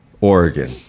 Oregon